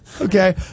Okay